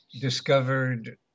discovered